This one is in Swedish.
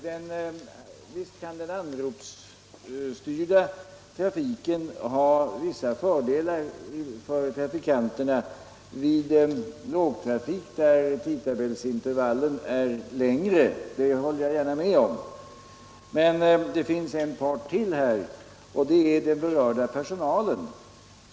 Visst kan den anropsstyrda trafiken ha vissa fördelar för trafikanterna vid lågtrafik, när intervallerna i tidtabellen är längre, det håller jag gärna med om. Men det finns en part till här, och det är den berörda personalen.